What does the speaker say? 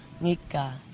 Nika